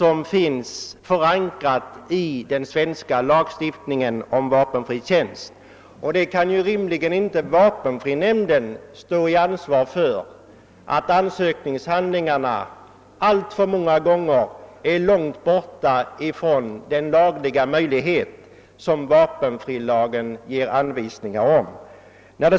Vapenfrinämnden kan inte rimligen göras ansvarig för att de skäl som anförs i ansökningshandlingarna alltför många gånger ligger långt borta från den lagliga möjlighet som vapenfrilagen ger anvisningar om.